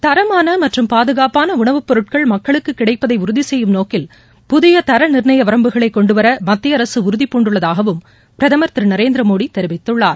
தரமானமற்றும் பாதுகாப்பானஉணவுப்பொருட்கள் மக்களுக்குகிடைப்பதைஉறுதிசெய்யும் நோக்கில் புதியதரநிர்ணயவரம்புகளைகொண்டுவரமத்தியஅரகஉறுதிபூண்டுள்ளதாகவும் பிரதமர் திருநரேந்திரமோதிதெரிவித்துள்ளார்